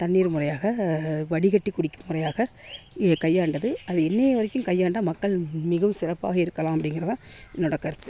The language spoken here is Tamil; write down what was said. தண்ணீர் முறையாக வடிகட்டி குடிக்கும் முறையாக இதை கையாண்டது அது இன்றைய வரைக்கும் கையாண்டால் மக்கள் மிகவும் சிறப்பாக இருக்கலாம் அப்படிங்கிறது தான் என்னோடய கருத்து